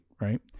Right